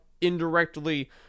indirectly